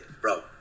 bro